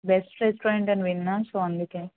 best restaurant అని విన్నా so అందుకే